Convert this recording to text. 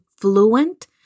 fluent